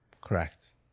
Correct